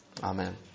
Amen